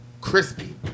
Crispy